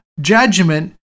judgment